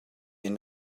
end